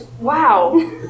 Wow